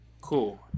Cool